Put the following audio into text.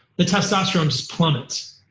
the testosterone plummets,